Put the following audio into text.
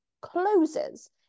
closes